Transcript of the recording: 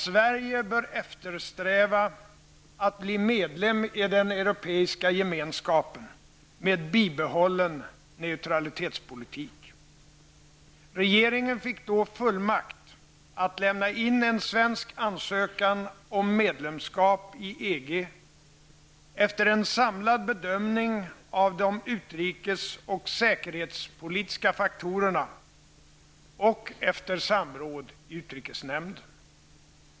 Sverige bör eftersträva att bli medlem i den Europeiska gemenskapen med bibehållen neutralitetspolitik. Regeringen fick då fullmakt att lämna in en svensk ansökan om medlemskap i EG efter en samlad bedömning av de utrikes och säkerhetspolitiska faktorerna och efter samråd i utrikesnämnden.